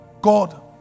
God